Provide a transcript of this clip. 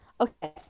Okay